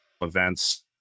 events